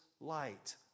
light